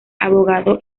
abogado